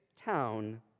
town